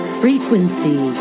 frequency